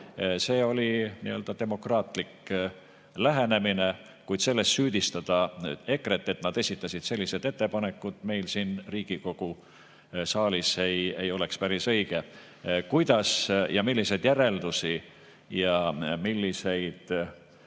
teistpidi, oli demokraatlik lähenemine, kuid selles süüdistada EKRE-t, et nad esitasid sellised ettepanekud meil siin Riigikogu saalis, ei oleks päris õige. Milliseid järeldusi ja milliseid